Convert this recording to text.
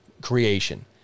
creation